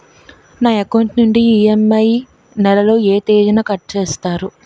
నా అకౌంట్ నుండి ఇ.ఎం.ఐ నెల లో ఏ తేదీన కట్ చేస్తారు?